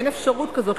אין אפשרות כזאת,